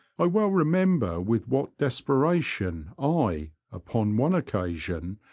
i well remember with what desperation i, upon one occasion,